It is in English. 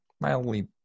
mildly